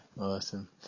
awesome